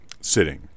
sitting